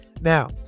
now